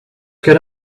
get